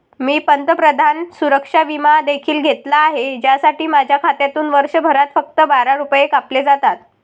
मी पंतप्रधान सुरक्षा विमा देखील घेतला आहे, ज्यासाठी माझ्या खात्यातून वर्षभरात फक्त बारा रुपये कापले जातात